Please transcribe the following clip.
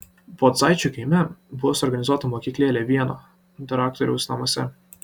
pocaičių kaime buvo suorganizuota mokyklėlė vieno daraktoriaus namuose